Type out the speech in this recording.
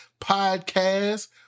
podcast